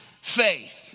faith